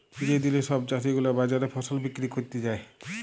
যে দিলে সব চাষী গুলা বাজারে ফসল বিক্রি ক্যরতে যায়